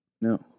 No